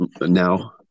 now